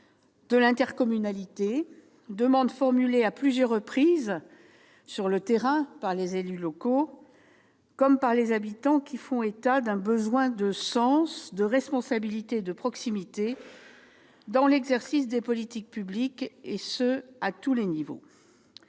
de répondre à une demande formulée à plusieurs reprises sur le terrain par les élus locaux comme par les habitants, qui font état d'un besoin de sens, de responsabilité et de proximité dans l'exercice des politiques publiques, à tous les niveaux.